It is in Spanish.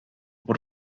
por